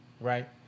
right